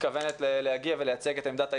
מתכוונת להגיע ולייצג את עמדת ההסתדרות.